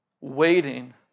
waiting